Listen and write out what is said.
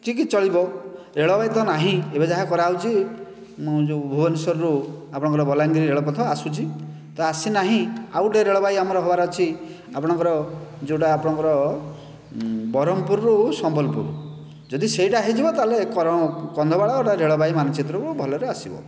ଯିଏକି ଚଳିବ ରେଳବାଇ ତ ନାହିଁ ଏବେ ଯାହା କରା ହେଉଛି ମୁଁ ଯେଉଁ ଭୁବନେଶ୍ୱରରୁ ଆପଣଙ୍କର ବଲାଙ୍ଗୀର ରେଳପଥ ଆସୁଛି ତ ଆସିନାହିଁ ଆଉ ଗୋଟିଏ ରେଳବାଇ ଆମର ହେବାର ଅଛି ଆପଣଙ୍କର ଯେଉଁଟା ଆପଣଙ୍କର ବ୍ରହ୍ମପୁରରୁ ସମ୍ବଲପୁର ଯଦି ସେଇଟା ହୋଇଯିବ ତାହେଲେ କନ୍ଧମାଳ ଗୋଟିଏ ରେଳବାଇ ମାନଚିତ୍ରକୁ ଭଲରେ ଆସିବ